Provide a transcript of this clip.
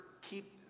keep